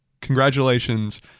congratulations